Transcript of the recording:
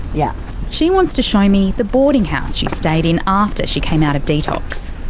yeah she wants to show me the boarding house she stayed in after she came out of detox.